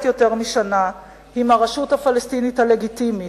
יותר משנה עם הרשות הפלסטינית הלגיטימית,